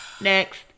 Next